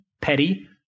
petty